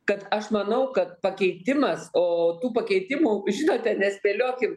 kad aš manau kad pakeitimas o tų pakeitimų žinote nespėliokim